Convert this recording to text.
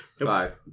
Five